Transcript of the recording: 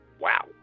Wow